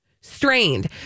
strained